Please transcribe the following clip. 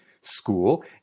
school